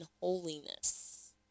holiness